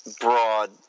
broad